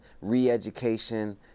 re-education